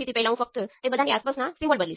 parameter છે